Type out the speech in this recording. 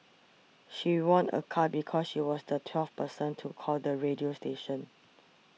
she won a car because she was the twelfth person to call the radio station